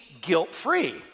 guilt-free